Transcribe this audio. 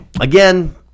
Again